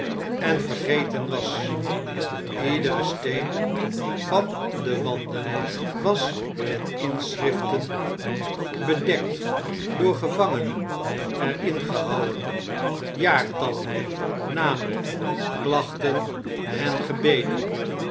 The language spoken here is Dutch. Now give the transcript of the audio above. en vergeten was iedere steen van de wanden was met inschriften bedekt door gevangenen erin gehouwen jaartallen namen klachten en gebeden